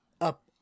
up